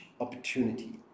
opportunity